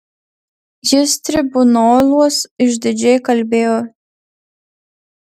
jis tribunoluos išdidžiai kalbėjo